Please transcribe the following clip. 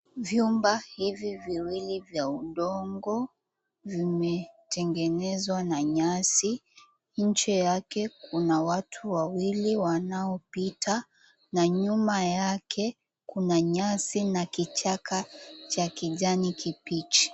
Vyumba hivi viwili vya udongo vimetengenezwa na nyasi. Nje yake kuna watu wawili wanaopita na nyuma yake kuna nyasi na kichaka cha kijani kibichi.